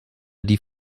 die